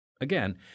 Again